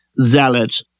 zealot